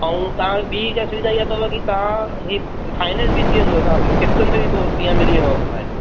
अऊं तां ॿी हिक सुविधा इअ तव कि ता हीअ फाइनेंस बि थी वेंदुव तां खे किस्तुनि ते बि इअं मिली वेंदव मोबाइल